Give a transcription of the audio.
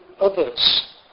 others